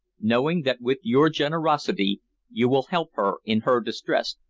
knowing that with your generosity you will help her in her distress.